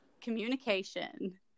Communication